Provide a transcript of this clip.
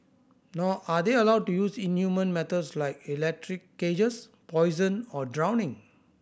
nor are they allowed to use inhumane methods like electric cages poison or drowning